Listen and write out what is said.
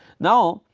now,